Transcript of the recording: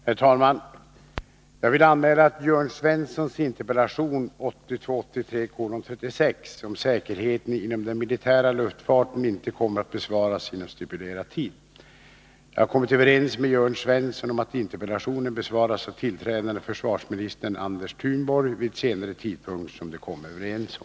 Herr talman! Jag vill meddela att Jörn Svenssons interpellation 1982/83:36 om säkerheten inom den militära luftfarten inte kommer att besvaras inom stipulerad tid. Jag har kommit överens med Jörn Svensson om att interpellationen besvaras av tillträdande försvarsministern Anders Thunborg vid en senare tidpunkt som de kommer överens om.